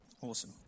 awesome